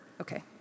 okay